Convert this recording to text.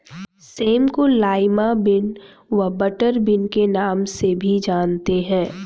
same को lima bean व butter bean के नाम से भी जानते हैं